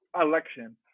election